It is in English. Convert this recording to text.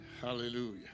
Hallelujah